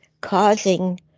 causing